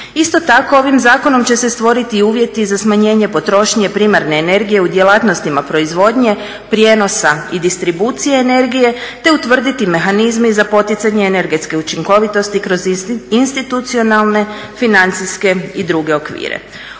Isto tako ovim zakonom će se stvoriti uvjeti za smanjenje potrošnje primarne energije u djelatnostima proizvodnje, prijenosa i distribucije, te utvrditi mehanizmi za poticanje energetska učinkovitosti kroz institucionalne financijske i druge okvire.